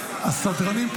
השר מחכה